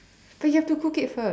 but you have to cook it first